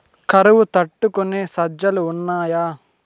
కరువు తట్టుకునే సజ్జలు ఉన్నాయా